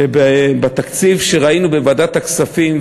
שבתקציב שראינו בוועדת הכספים,